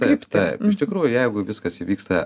taip taip iš tikrųjų jeigu viskas įvyksta